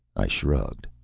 i shrugged.